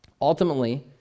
Ultimately